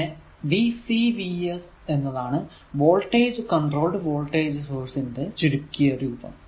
പിന്നെ VCVS എന്നതാണ് voltage controlled voltage source ന്റെ ചുരുക്കിയ രൂപം